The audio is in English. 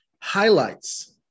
highlights